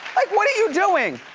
like what are you doing?